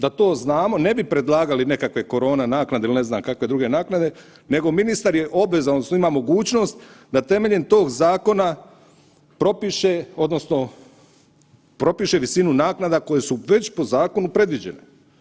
Da to znamo ne bi predlagali nekakve korona naknade ili ne znam kakve druge naknade nego ministar je obvezan odnosno ima mogućnost da temeljem tog zakona propiše visinu naknada koje su već po zakonu predviđene.